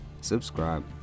Subscribe